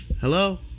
Hello